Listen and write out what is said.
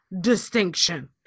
distinction